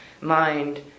mind